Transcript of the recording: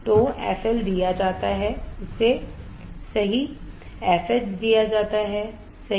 तो fL दिया जाता है उसे सही FH दिया जाता हैसही